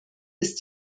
ist